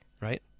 right